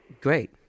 Great